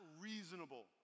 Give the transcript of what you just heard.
reasonable